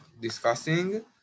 discussing